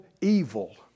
evil